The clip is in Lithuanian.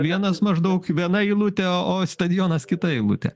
vienas maždaug viena eilutė o o stadionas kita eilutė